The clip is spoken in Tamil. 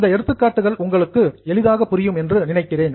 இந்த எடுத்துக்காட்டுகள் உங்களுக்கு எளிதாக புரியும் என்று நினைக்கிறேன்